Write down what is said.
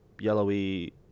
yellowy